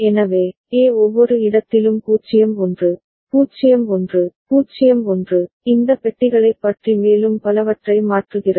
எனவே A ஒவ்வொரு இடத்திலும் 0 1 0 1 0 1 இந்த பெட்டிகளைப் பற்றி மேலும் பலவற்றை மாற்றுகிறது